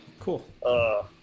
cool